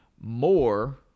more